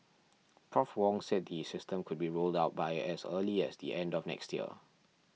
Prof Wong said the system could be rolled out by as early as the end of next year